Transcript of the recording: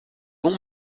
dont